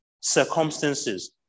circumstances